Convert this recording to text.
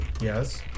Yes